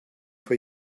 for